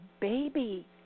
baby